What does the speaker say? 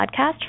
podcast